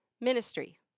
Ministry